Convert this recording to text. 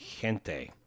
Gente